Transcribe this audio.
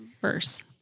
verse